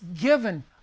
given